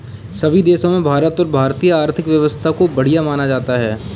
सभी देशों में भारत और भारतीय आर्थिक व्यवस्था को बढ़िया माना जाता है